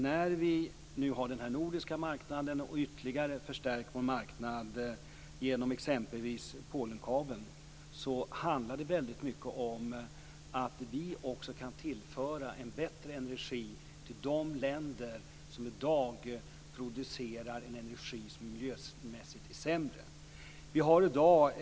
När vi nu har den här nordiska marknaden och ytterligare har förstärkt vår marknad genom exempelvis Polenkabeln handlar det väldigt mycket om att vi också kan tillföra bättre energi till de länder som i dag producerar energi som miljömässigt är sämre.